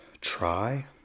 try